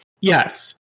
Yes